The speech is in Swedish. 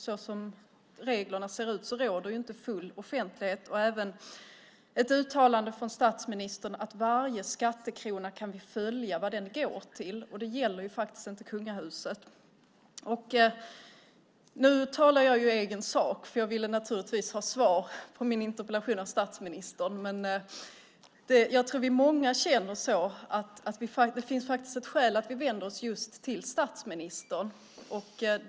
Såsom reglerna ser ut råder inte full offentlighet. Det var även ett uttalande från statsministern att vi kan följa varje skattekrona vad den går till. Det gäller faktiskt inte kungahuset. Nu talar jag ju i egen sak. Jag ville naturligtvis ha svar på min interpellation av statsministern. Jag tror att vi många känner så. Det finns ett skäl att vi vänder oss just till statsministern.